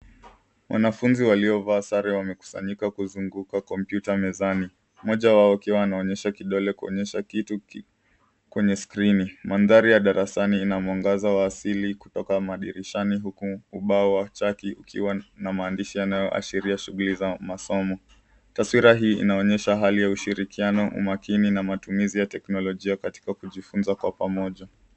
Wanafunzi waliovaa sare wamekusanyika kuzunguka kompyuta mezani. Mmoja wao akiwa anaonyesha kidole kuonyesha kitu kwenye skrini. Mandhari ya darasani ina mwangaza wa asili kutoka madirishani huku ubao wa chaki ukiwa na maandishi yanayoashiria shughuli za masomo. Taswira hii inaonyesha hali ya ushirikiano, umakini na matumizi ya teknolojia katika kujifunza kwa pamoja.